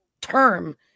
term